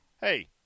hey